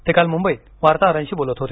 ते काल मुंबईत वार्ताहरांशी बोलत होते